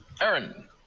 Aaron